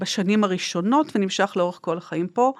בשנים הראשונות ונמשך לאורך כל החיים פה.